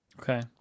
Okay